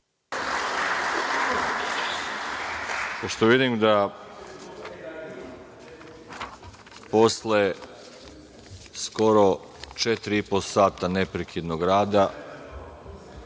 Pošto vidim da posle skoro četiri i po sata neprekidnog rada